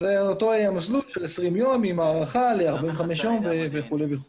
אותו מסלול של 20 ימים עם הארכה ל-45 ימים וכולי.